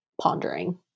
pondering